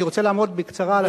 אני רוצה לעמוד בקצרה על השוני פה,